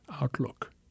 outlook